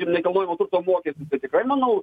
ir nekilnojamojo turto mokestis tai tikrai manau